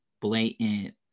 blatant